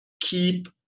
keep